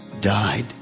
died